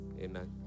amen